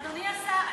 אדוני השר,